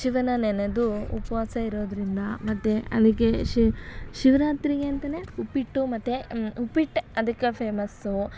ಶಿವನ ನೆನೆದು ಉಪವಾಸ ಇರೋದರಿಂದ ಮತ್ತು ಅದಕ್ಕೆ ಶಿವರಾತ್ರಿಗೆ ಅಂತಲೇ ಉಪ್ಪಿಟ್ಟು ಮತ್ತು ಉಪ್ಪಿಟ್ಟೆ ಅದಕ್ಕೆ ಫೇಮಸ್ಸು